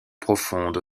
profonde